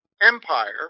Empire